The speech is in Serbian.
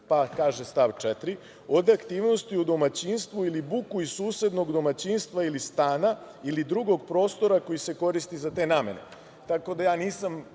pa kaže stav. 4. – od aktivnosti u domaćinstvu ili buku iz susednog domaćinstva ili stana ili drugog prostora koji se koristi za te namene. Tako da ja nisam